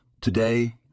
Today